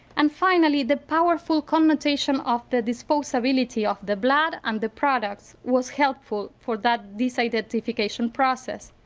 and finally, the powerful connotation of the disposability of the blood and the products was helpful for that disidentification process.